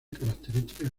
características